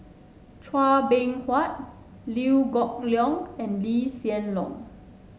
Chua Beng Huat Liew Geok Leong and Lee Hsien Loong